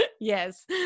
yes